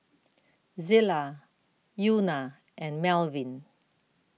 Zillah Euna and Melvin